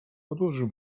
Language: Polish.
odłożył